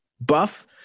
buff